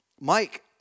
Mike